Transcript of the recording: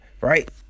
Right